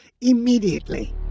immediately